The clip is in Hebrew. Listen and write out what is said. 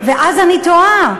ואז אני תוהה,